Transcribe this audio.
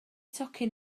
tocyn